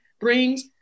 brings